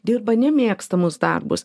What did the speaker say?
dirba nemėgstamus darbus